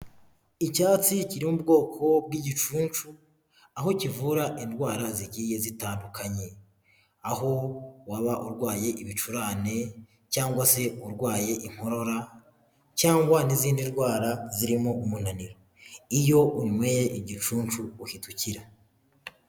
Icyatsi kiri mu bwoko bw'igicuncu, aho kivura indwara zigiye zitandukanye, aho waba urwaye ibicurane, cyangwa se urwaye inkorora, cyangwa n'izindi ndwara zirimo umunaniro, iyo unyweye igicuncu uhita ukira.